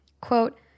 Quote